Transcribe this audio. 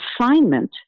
assignment